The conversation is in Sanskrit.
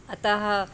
अतः